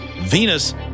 Venus